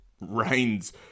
rains